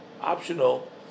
optional